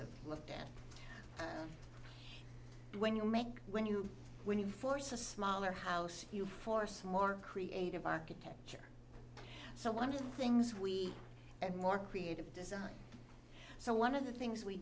have looked at when you make when you when you force a smaller house you force more creative architect so one of things we had more creative design so one of the things we